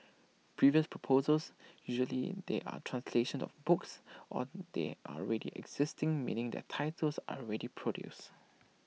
previous proposals usually they are translations of books or they are already existing meaning their titles are already produced